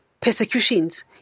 persecutions